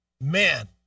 man